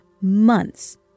months